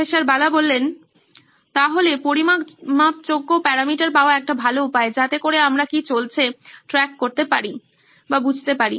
প্রফ্ বালা সুতরাং পরিমাপযোগ্য প্যারামিটার পাওয়া একটা ভালো উপায় যাতে করে আমরা কি চলছে ট্র্যাক করতে পারি